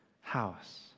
house